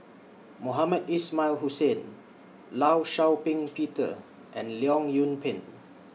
Mohamed Ismail Hussain law Shau Ping Peter and Leong Yoon Pin